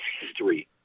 history